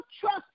trust